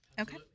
Okay